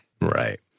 Right